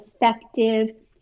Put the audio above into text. effective